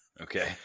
okay